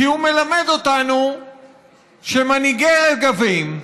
כי הוא מלמד אותנו שמנהיגי רגבים,